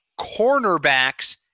cornerbacks